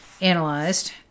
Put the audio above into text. analyzed